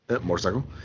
motorcycle